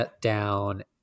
down